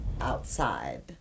outside